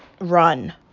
run